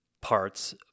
parts